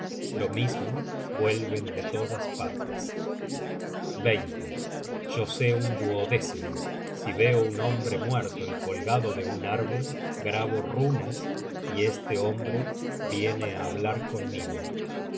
lo mismo vuelven de todas partes yo sé un duodécimo si veo un hombre muerto y colgado de un árbol grabo runas y este hombre viene á hablar conmigo